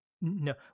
no